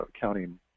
counting